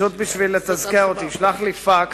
פשוט בשביל לתזכר אותי, ישלח לי פקס